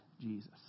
Jesus